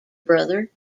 brother